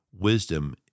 Wisdom